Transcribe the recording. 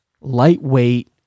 lightweight